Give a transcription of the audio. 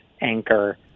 anchor